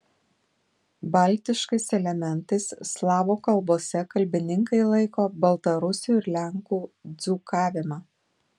baltiškais elementais slavų kalbose kalbininkai laiko baltarusių ir lenkų dzūkavimą